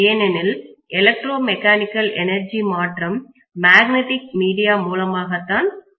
ஏனெனில் electro mechanical energy மாற்றம் magnetic media மூலமாகதான் நடக்கிறது